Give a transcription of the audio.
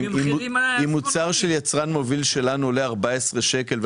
אם מוצר של יצרן מוביל שלנו עולה 14 שקל,